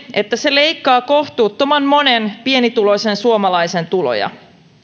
että se leikkaa kohtuuttoman monen pienituloisen suomalaisen tuloja